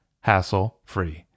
hassle-free